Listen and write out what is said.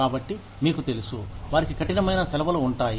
కాబట్టి మీకు తెలుసు వారికి కఠినమైన సెలవులు ఉంటాయి